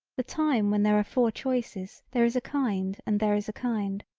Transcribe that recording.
the time when there are four choices there is a kind and there is a kind.